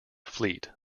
fleet